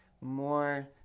more